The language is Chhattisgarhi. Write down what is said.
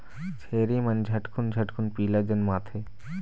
छेरी मन झटकुन झटकुन पीला जनमाथे